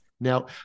Now